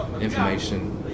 information